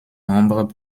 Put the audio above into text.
membres